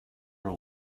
are